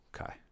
Okay